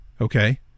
Okay